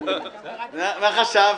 מה חשבת?